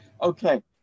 Okay